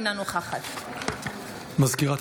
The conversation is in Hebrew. אינה נוכחת סגנית המזכיר,